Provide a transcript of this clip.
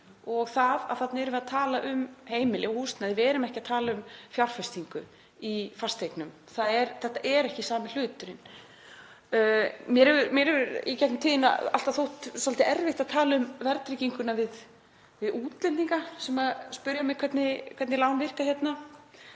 um fólkið. Þarna erum við að tala um heimili og húsnæði. Við erum ekki að tala um fjárfestingu í fasteignum, þetta er ekki sami hluturinn. Mér hefur í gegnum tíðina alltaf þótt svolítið erfitt að tala um verðtrygginguna við útlendinga sem spyrja mig hvernig lán virka hérna